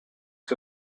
que